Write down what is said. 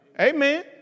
Amen